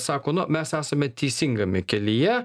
sako nu mes esame teisingame kelyje